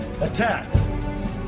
Attack